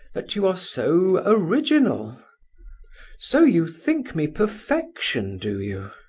that you are so original so you think me perfection, do you?